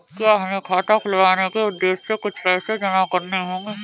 क्या हमें खाता खुलवाने के उद्देश्य से कुछ पैसे जमा करने होंगे?